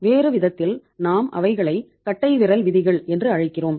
வேறு விதத்தில் நாம் அவைகளை கட்டைவிரல் விதிகள் என்று அழைக்கிறோம்